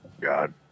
God